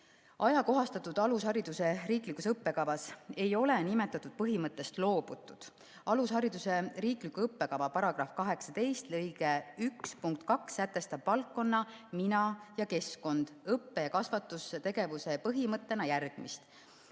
Ajakohastatud alushariduse riiklikus õppekavas ei ole nimetatud põhimõttest loobutud. Alushariduse riikliku õppekava § 18 lõike 1 punkt 2 sätestab valdkonna "Mina ja keskkond" õppe‑ ja kasvatustegevuse põhimõttena järgmist: